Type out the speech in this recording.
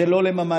זה לא לממ"דים,